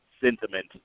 sentiment